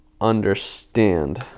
understand